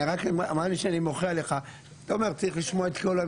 אני מוחה עליך שאתה אומר צריך לשמוע את כל האמת,